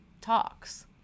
talks